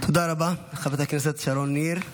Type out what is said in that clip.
תודה רבה לחברת הכנסת שרון ניר,